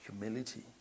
humility